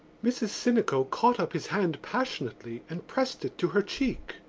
mrs. sinico caught up his hand passionately and pressed it to her cheek.